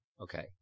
Okay